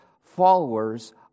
followers